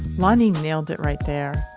lonnie nailed it right there.